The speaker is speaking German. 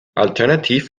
alternativ